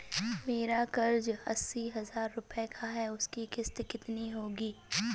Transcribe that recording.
मेरा कर्ज अस्सी हज़ार रुपये का है उसकी किश्त कितनी होगी?